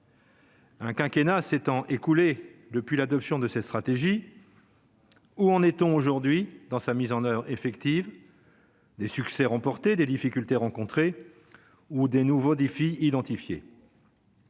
Un quinquennat s'étant écoulé depuis l'adoption de cette stratégie, où en est-on aujourd'hui dans sa mise en oeuvre effective des succès remportés des difficultés rencontrées ou des nouveaux défis identifiés.